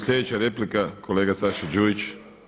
Slijedeća replika kolega Saša Đujić.